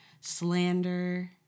slander